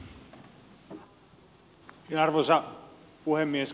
arvoisa puhemies